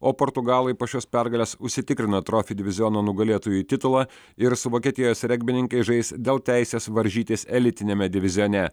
o portugalai po šios pergalės užsitikrino trofi diviziono nugalėtojų titulą ir su vokietijos regbininkais žais dėl teisės varžytis elitiniame divizione